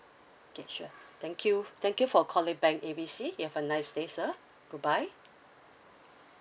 okay sure thank you thank you for calling bank A B C you have a nice day sir good bye